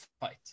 fight